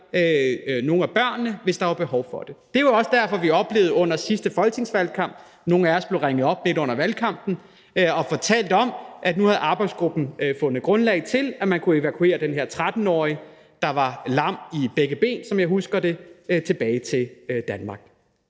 nogle af børnene, hvis der var behov for det. Midt under sidste folketingsvalgkamp oplevede nogle af os at blive ringet op midt under valgkampen og fik fortalt, at nu havde arbejdsgruppen fundet grundlag for, at man kunne evakuere den her 13-årige, der var lam i begge ben, som jeg husker det, tilbage til Danmark.